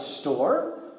store